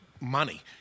money